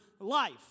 life